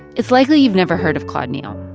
it's likely you've never heard of claude neal.